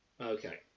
Okay